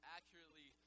Accurately